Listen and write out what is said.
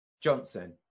Johnson